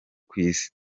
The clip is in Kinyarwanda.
kw’isi